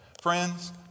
Friends